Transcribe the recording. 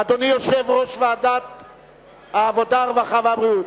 אדוני יושב-ראש ועדת העבודה, הרווחה והבריאות,